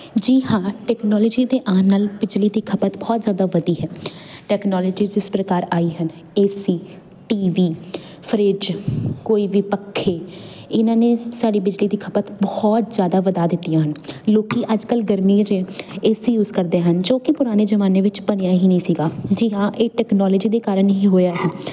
ਜੀ ਹਾਂ ਟੈਕਨੋਲੋਜੀ ਦੇ ਆਉਣ ਨਾਲ ਬਿਜਲੀ ਦੀ ਖਪਤ ਬਹੁਤ ਜ਼ਿਆਦਾ ਵਧੀ ਹੈ ਟੈਕਨੋਲੋਜੀ ਜਿਸ ਪ੍ਰਕਾਰ ਆਈ ਹਨ A C T V fridge ਕੋਈ ਵੀ ਪੱਖੇ ਇਹਨਾਂ ਨੇ ਸਾਡੀ ਬਿਜਲੀ ਦੀ ਖਪਤ ਬਹੁਤ ਜ਼ਿਆਦਾ ਵਧਾ ਦਿੱਤੀਆਂ ਹਨ ਲੋਕ ਅੱਜ ਕੱਲ੍ਹ ਗਰਮੀਆਂ 'ਚ ਏ ਸੀ ਯੂਜ ਕਰਦੇ ਹਨ ਜੋ ਕਿ ਪੁਰਾਣੇ ਜ਼ਮਾਨੇ ਵਿੱਚ ਬਣਿਆ ਹੀ ਨਹੀਂ ਸੀਗਾ ਜੀ ਹਾਂ ਇਹ ਟੈਕਨੋਲੋਜੀ ਦੇ ਕਾਰਨ ਹੀ ਹੋਇਆ ਹੈ